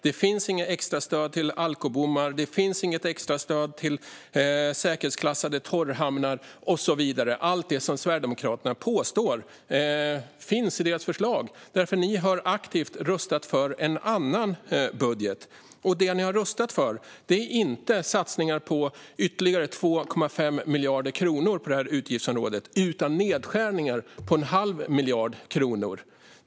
Det finns inga extra stöd till alkobommar. Det finns inget extra stöd till säkerhetsklassade torrhamnar och så vidare. Det är allt det som Sverigedemokraterna påstår finns i deras förslag. Ni har aktivt röstat för en annan budget. Det ni har röstat för är inte satsningar på ytterligare 2,5 miljarder kronor på utgiftsområdet utan nedskärningar på en halv miljard kronor.